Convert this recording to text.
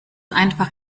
einfach